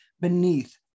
beneath